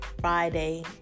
Friday